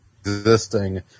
existing